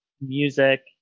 music